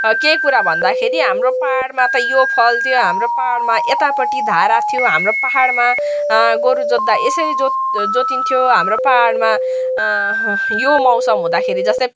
केही कुरा भन्दाखेरि हाम्रो पहाडमा त यो फलथ्यो हाम्रो पहाडमा यतापट्टि धारा थियो हाम्रो पहाडमा गोरु जोत्दा यसरी जोत् जोतिन्थ्यो हाम्रो पहाडमा यो मौसम हुँदाखेरि जस्तै